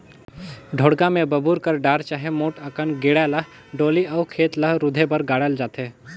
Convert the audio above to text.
ढोड़गा मे बबूर कर डार चहे मोट अकन गेड़ा ल डोली अउ खेत ल रूधे बर गाड़ल जाथे